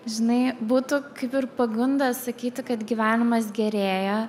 žinai būtų kaip ir pagunda sakyti kad gyvenimas gerėja